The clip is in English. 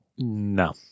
No